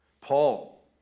Paul